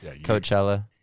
Coachella